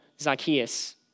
Zacchaeus